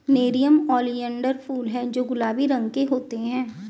nerium oleander फूल हैं जो गुलाबी रंग के होते हैं